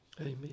Amen